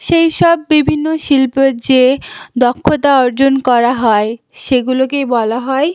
সেই সব বিভিন্ন শিল্পে যে দক্ষতা অর্জন করা হয় সেগুলোকেই বলা হয়